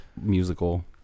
Musical